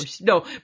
no